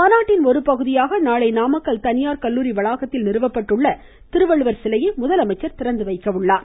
மாநாட்டின் ஒருபகுதியாக நாளை நாமக்கல் தனியார் கல்லுாரி வளாகத்தில் நிறுவப்பட்டுள்ள திருவள்ளுவர் சிலையை முதலமைச்சர் திறந்து வைக்கிறார்